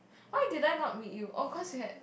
why did I not meet you oh cause you had